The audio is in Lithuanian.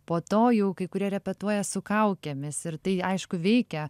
po to jau kai kurie repetuoja su kaukėmis ir tai aišku veikia